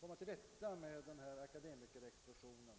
komma till rätta med akademikerexplosionen.